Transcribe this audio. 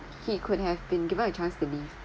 he could have been given a chance to leave